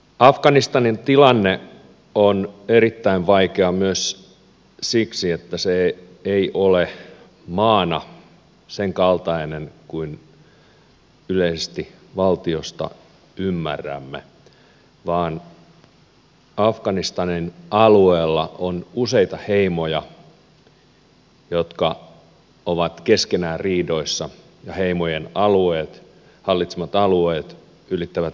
afganistanin tilanne on erittäin vaikea myös siksi että se ei ole maana senkaltainen kuin yleisesti valtiosta ymmärrämme vaan afganistanin alueella on useita heimoja jotka ovat keskenään riidoissa ja heimojen hallitsemat alueet ylittävät valtioiden rajat